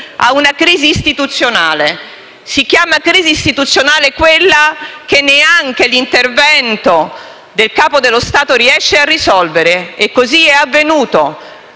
a una crisi istituzionale. Si chiama crisi istituzionale quella che neanche l'intervento del Capo dello Stato riesce a risolvere, e così è avvenuto.